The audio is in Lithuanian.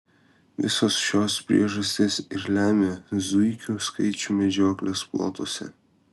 visos šios priežastys ir lemia zuikių skaičių medžioklės plotuose